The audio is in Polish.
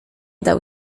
dał